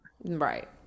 Right